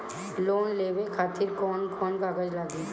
Loan लेवे खातिर कौन कौन कागज लागी?